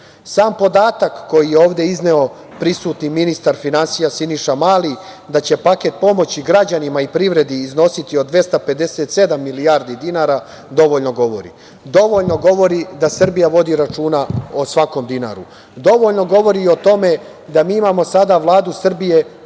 podatak koji je ovde izneo prisutni ministar finansija Siniša Mali, da će paket pomoći građanima i privredi iznositi od 257 milijardi dinara dovoljno govori da Srbija vodi računa o svakom dinaru, dovoljno govori i o tome da mi imamo sada Vladu Srbije